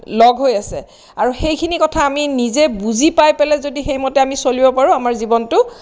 লগ হৈ আছে আৰু সেইখিনি কথা আমি নিজে বুজি পাই পেলাই যদি সেইমতে আমি চলিব পাৰোঁ আমাৰ জীৱনটো